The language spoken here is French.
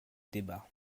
débats